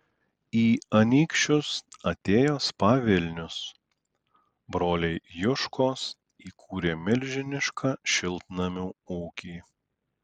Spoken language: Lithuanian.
į anykščius atėjo spa vilnius broliai juškos įkūrė milžinišką šiltnamių ūkį